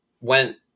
went